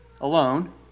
alone